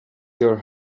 your